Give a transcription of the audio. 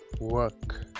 work